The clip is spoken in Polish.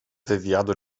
wywiadu